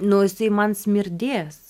nu jisai man smirdės